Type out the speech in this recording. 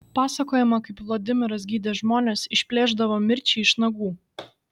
pasakojama kaip vladimiras gydė žmones išplėšdavo mirčiai iš nagų